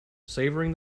savouring